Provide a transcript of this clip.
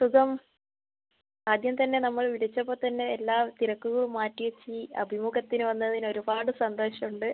സുഖം ആദ്യം തന്നെ നമ്മൾ വിളിച്ചപ്പോൾതന്നെ എല്ലാ തിരക്കുകളും മാറ്റി വെച്ച് ഈ അഭിമുഖത്തിന് വന്നതിന് ഒരുപാട് സന്തോഷമുണ്ട്